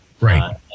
right